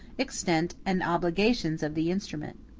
extent, and obligations of the instrument.